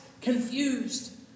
confused